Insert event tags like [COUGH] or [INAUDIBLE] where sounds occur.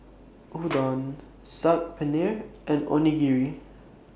Udon [NOISE] Saag Paneer and Onigiri